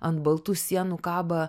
ant baltų sienų kaba